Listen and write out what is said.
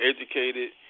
educated